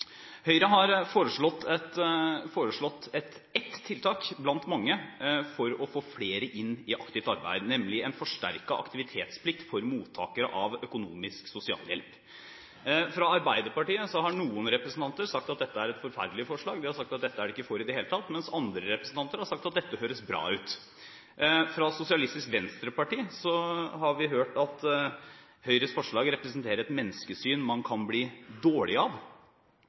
Høyre har foreslått et tiltak – blant mange – for å få flere inn i aktivt arbeid, nemlig en forsterket aktivitetsplikt for mottakere av økonomisk sosialhjelp. Fra Arbeiderpartiet har noen representanter sagt at dette er et forferdelig forslag, de har sagt at dette er de ikke for i det hele tatt, mens andre representanter har sagt at dette høres bra ut. Fra Sosialistisk Venstreparti har vi hørt at Høyres forslag representerer et menneskesyn man kan bli dårlig av.